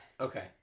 Okay